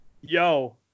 yo